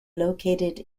located